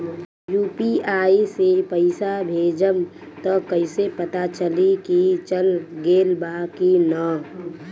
UPI से पइसा भेजम त कइसे पता चलि की चल गेल बा की न?